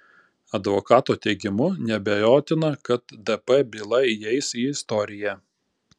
advokato teigimu neabejotina kad dp byla įeis į istoriją